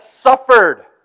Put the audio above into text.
suffered